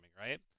right